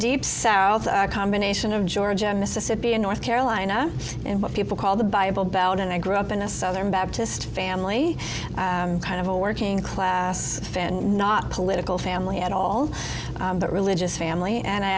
deep south a combination of georgia mississippi and north carolina and what people call the bible belt and i grew up in a southern baptist family kind of a working class family not a political family at all but religious family and i